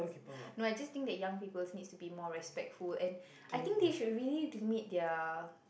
no I just think that young people need to be more respectful and I think they should really limit their